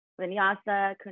vinyasa